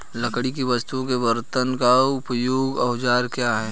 लकड़ी की वस्तु के कर्तन में उपयोगी औजार क्या हैं?